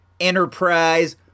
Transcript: Enterprise